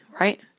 right